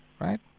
right